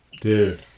Dude